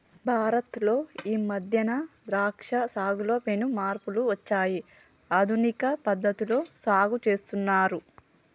భారత్ లో ఈ మధ్యన ద్రాక్ష సాగులో పెను మార్పులు వచ్చాయి ఆధునిక పద్ధతిలో సాగు చేస్తున్నారు